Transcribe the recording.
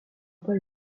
pas